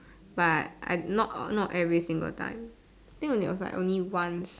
but I not or not every single time think only was like only once